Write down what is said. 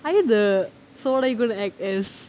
I had the so what are you gonna act as